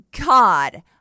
God